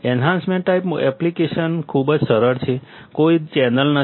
enhancement ટાઈપમાં application ખૂબ જ સરળ છે કોઈ ચેનલ નથી